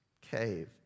cave